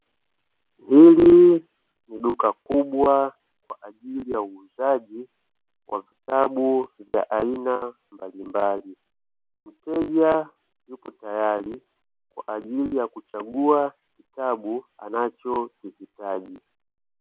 Hili ni duka kubwa kwa ajili ya uuzaji wa vitabu vya aina mbalimbali. Mteja yupo tayari kwa ajili ya kuchagua kitabu anachokihitaji.